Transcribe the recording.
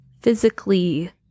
physically